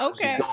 Okay